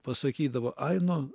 pasakydavo ai no